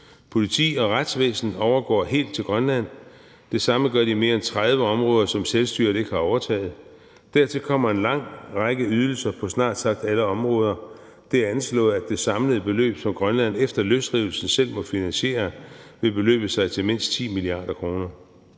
Politi og retsvæsen overgår helt til Grønland, og det samme gør de mere end 30 områder, som selvstyret ikke har overtaget. Dertil kommer en lang række ydelser på snart sagt alle områder. Det er anslået, at det samlede beløb, som Grønland efter løsrivelsen selv må finansiere, vil beløbe sig til mindst 10 mia. kr.